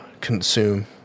consume